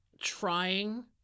trying